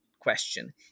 question